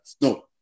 no